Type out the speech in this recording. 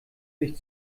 licht